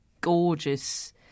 gorgeous